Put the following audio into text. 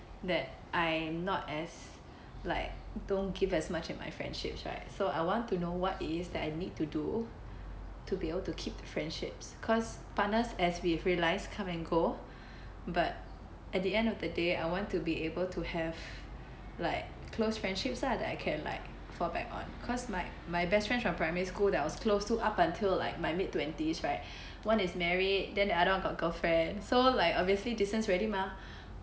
that I not as like don't give as much in my friendships right so I want to know what it is that I need to do to be able to keep the friendships cause partners as we've realise come and go but at the end of the day I want to be able to have like close friendships lah that I can like fall back on cause my my best friend from primary school that I was close to up until my mid twenties right one is married then the other one got girlfriend so like obviously distance already mah